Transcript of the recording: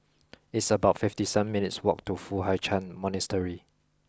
it's about fifty seven minutes' walk to Foo Hai Ch'an Monastery